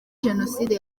jenoside